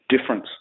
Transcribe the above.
difference